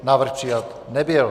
Návrh přijat nebyl.